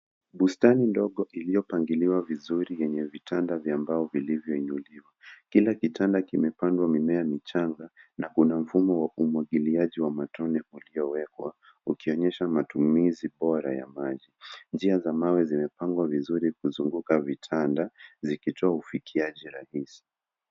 Bustani ndogo iliyopangiliwa vizuri yenye vitanda vya mbao vilivyoinuliwa. Kila kitanda kimepandwa mimea michanga na kuna mfumo wa umwagiliaji wa matone uliowekwa ukionyesha matumizi bora ya maji. Njia za mawe zimepangwa vizuri kuzunguka vitanda zikitoa ufikiaji rahisi.